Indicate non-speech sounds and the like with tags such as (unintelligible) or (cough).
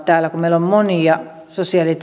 täällä kun meillä on monia sosiaali (unintelligible)